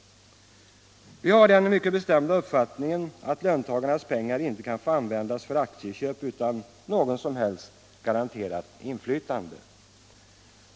Vi har den bestämda uppfattningen att löntagarnas pengar inte kan få användas för aktieköp utan något som helst garanterat inflytande.